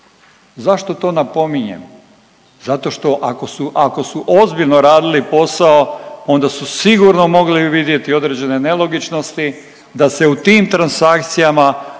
Zašto to napominjem? Zato što ako su ozbiljno radili posao onda su sigurno mogli vidjeti određene nelogičnosti da se u tim transakcijama pojavljuju